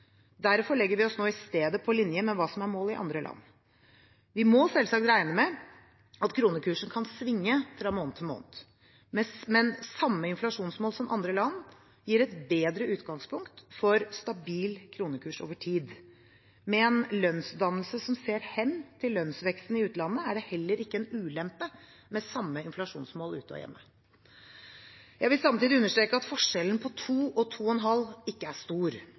Derfor legger vi oss nå i stedet på linje med hva som er målet i andre land. Vi må selvsagt regne med at kronekursen kan svinge fra måned til måned, men samme inflasjonsmål som andre land gir et bedre utgangspunkt for stabil kronekurs over tid. Med en lønnsdannelse som ser hen til lønnsveksten i utlandet, er det heller ikke en ulempe med samme inflasjonsmål ute og hjemme. Jeg vil samtidig understreke at forskjellen på 2 pst. og 2,5 pst. ikke er stor,